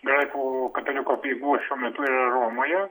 graikų katalikų apeigų metu yra romoje